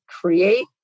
create